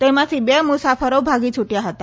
તેમાંથી બે મુસાફરો ભાગી છૂટ્યા હતા